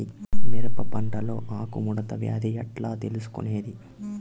మిరప పంటలో ఆకు ముడత వ్యాధి ఎట్లా తెలుసుకొనేది?